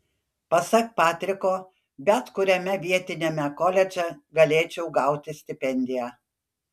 pasak patriko bet kuriame vietiniame koledže galėčiau gauti stipendiją